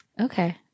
Okay